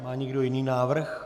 Má někdo jiný návrh?